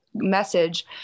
message